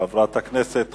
חברת הכנסת חוטובלי,